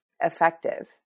effective